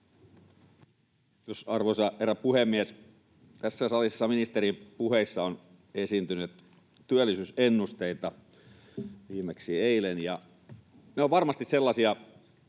Kiitos, arvoisa herra puhemies! Tässä salissa ministerien puheissa on esiintynyt työllisyysennusteita, viimeksi eilen, ja ne ovat varmasti sellaisia,